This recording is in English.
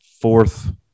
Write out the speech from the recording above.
fourth